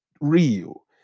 real